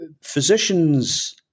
physicians